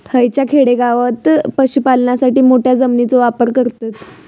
हयच्या खेडेगावात पशुपालनासाठी मोठ्या जमिनीचो वापर करतत